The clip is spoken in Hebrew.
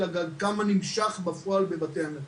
אלא גם כמה נמשך בפועל בבתי המרקחת.